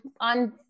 on